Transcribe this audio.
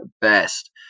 best